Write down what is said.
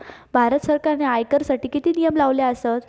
भारत सरकारने आयकरासाठी किती नियम लावले आसत?